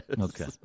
Okay